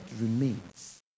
remains